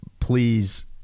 please